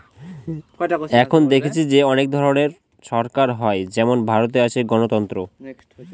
এখন দেখেছি যে অনেক ধরনের সরকার হয় যেমন ভারতে আছে গণতন্ত্র